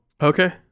Okay